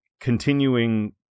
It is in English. continuing